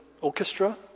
orchestra